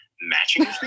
matching